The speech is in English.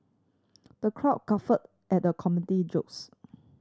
the crowd guffawed at the comedian jokes